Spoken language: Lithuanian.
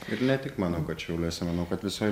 ir ne tik manau kad šiauliuose manau kad visoj